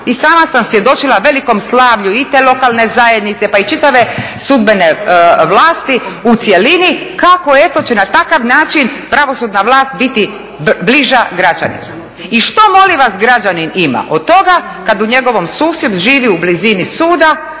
I sama sam svjedočila velikom slavlju i te lokalne zajednice pa i čitave sudbene vlasti u cjelini, kako eto će na takav način pravosudna vlast biti bliža građanima. I što molim vas građanin ima od toga kad njegov susjed živi u blizini suda,